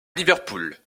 liverpool